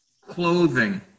Clothing